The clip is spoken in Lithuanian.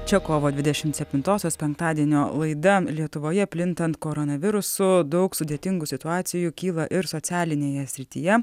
čia kovo dvidešimt septintosios penktadienio laida lietuvoje plintant koronavirusu daug sudėtingų situacijų kyla ir socialinėje srityje